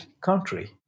country